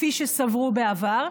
כפי שסברו בעבר.